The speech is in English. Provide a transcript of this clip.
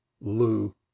Lou